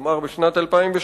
כלומר בשנת 2008,